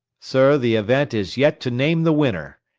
sir, the event is yet to name the winner.